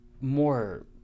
more